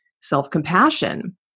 self-compassion